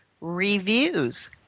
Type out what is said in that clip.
reviews